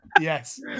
yes